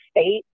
state